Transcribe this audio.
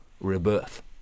Rebirth